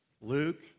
Luke